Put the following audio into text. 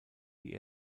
die